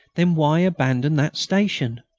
then why abandon that station?